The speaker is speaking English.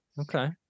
Okay